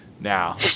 now